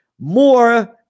more